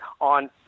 on